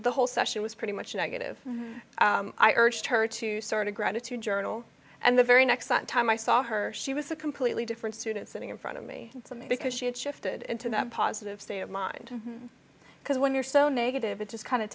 the whole session was pretty much negative i urged her to sort of gratitude journal and the very next time i saw her she was a completely different student sitting in front of me to me because she had shifted into that positive state of mind because when you're so negative it just kind of